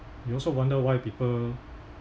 you also wonder why people